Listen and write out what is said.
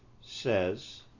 says